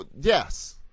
Yes